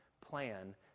plan